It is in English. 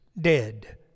dead